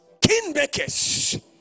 Kingmakers